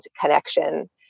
connection